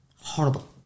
Horrible